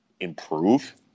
Improve